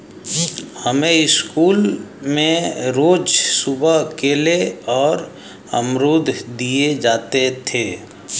हमें स्कूल में रोज सुबह केले और अमरुद दिए जाते थे